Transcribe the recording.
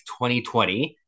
2020